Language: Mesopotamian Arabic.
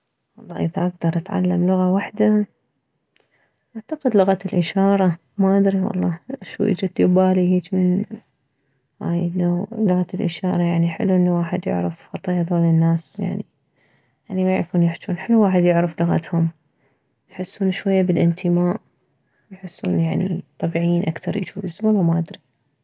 والله اذا اكدر اتعلم لغة وحدة اعتقد لغة الاشارة ما ادري والله شو اجتي ببالي هيج من هاي انه لغة الاشارة يعني حلو انه واحد يعرف خطية هذوله الناس يعني ميعرفون يحجون حلو واحد يعرف لغتهم يحسون شوية بالانتماء يحسون يعني طبيعين اكثر يجوز والله ما ادري